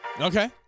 Okay